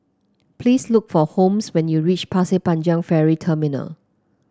please look for Holmes when you reach Pasir Panjang Ferry Terminal